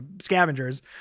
scavengers